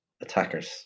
attackers